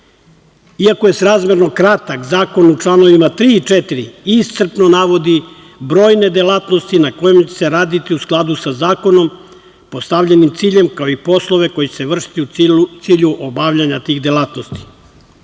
je srazmerno kratak, zakon u članovima 3. i 4. iscrpno navodi brojne delatnosti na kojima će se raditi u skladu sa zakonom, postavljenim ciljem, kao i poslove koji će se vršiti u cilju obavljanja tih delatnosti.